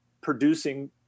producing